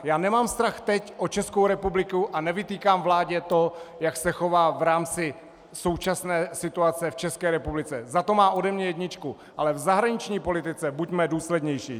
Já nemám strach teď o Českou republiku a nevytýkám vládě to, jak se chová v rámci současné situace v České republice, za to má ode mě jedničku, ale v zahraniční politice buďme důslednější.